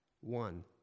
one